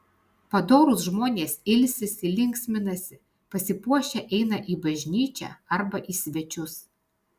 padorūs žmonės ilsisi linksminasi pasipuošę eina į bažnyčią arba į svečius